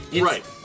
Right